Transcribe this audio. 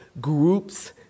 groups